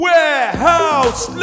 Warehouse